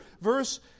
Verse